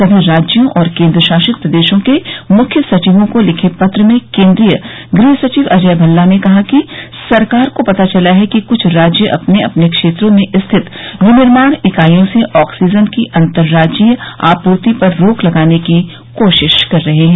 सभी राज्यों और केन्द्रशासित प्रदेशों के मुख्य सचिवों को लिखे पत्र में केंद्रीय गृह सचिव अजय भल्ला ने कहा है कि सरकार को पता चला था कि कुछ राज्य अपने अपने क्षेत्रों में स्थित विनिर्माण इकाइयों से ऑक्सीजन की अंतर राज्यीय आपूर्ति पर रोक लगाने की कोशिश कर रहे हैं